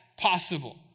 possible